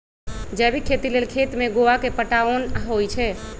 जैविक खेती लेल खेत में गोआ के पटाओंन होई छै